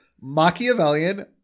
Machiavellian